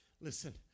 listen